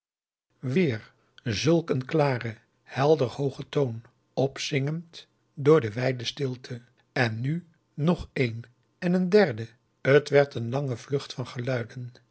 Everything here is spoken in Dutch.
weer zulk een klare helderhooge toon opzingend door de wijde stilte en nu nog een en een derde het werd een lange vlucht van geluiden